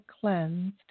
cleansed